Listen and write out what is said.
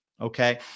Okay